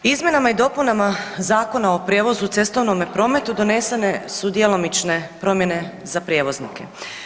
Izmjenama i dopunama Zakona o prijevozu u cestovnom prometu donesene su djelomične promjene za prijevoznike.